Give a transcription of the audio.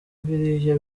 biriya